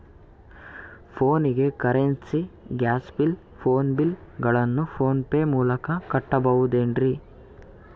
ಫೋನಿಗೆ currency, gas bill, phone bill ಗಳನ್ನು PhonePe ಮೂಲಕ ಕಟ್ಟಬಹುದೇನ್ರಿ?